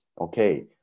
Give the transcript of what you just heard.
okay